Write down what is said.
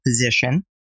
position